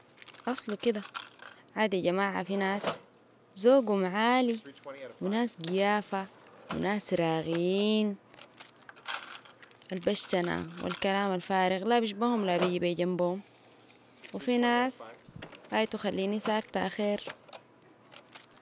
اصلو كده عاد ياجماعه في ناس زوقهم عالي وناس قيافة وناس راقين البشتنة والكلام الفارغ لا بيشبهم لا بيجي بيجنبهم وفي ناس غايتو خليني ساكتة أخير